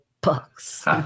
books